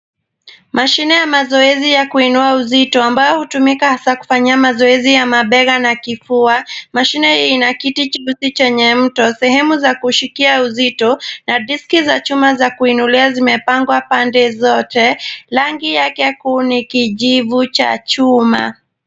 Mashine ya mazoezi ya kuniua uzito, ambayo hutumika hasa kufanyia mazoezi ya mabega, na kifua. Mashine hii ina kiti kizuri chenye mto, sehemu za kushikia uzito, na diski za chuma za kuinulia zimepangwa pande zote, rangi yake kuu ni kijivu cha chuma.